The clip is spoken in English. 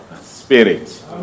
spirit